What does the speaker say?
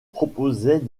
proposait